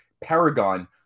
paragon